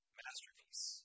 masterpiece